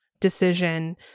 decision